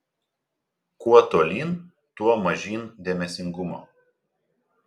kuo tolyn tuo mažyn dėmesingumo